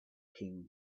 king